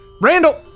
Randall